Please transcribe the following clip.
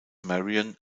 marion